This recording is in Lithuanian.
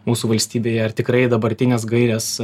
mūsų valstybėje ar tikrai dabartines gaires